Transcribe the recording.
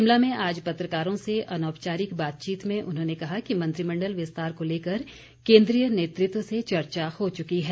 शिमला में आज पत्रकारों से अनौपचारिक बातचीत में उन्होंने कहा कि मंत्रिमंडल विस्तार को लेकर केंद्रीय नेतृत्व से चर्चा हो चुकी है